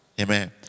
Amen